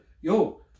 Yo